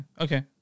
okay